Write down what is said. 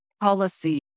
policy